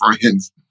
friends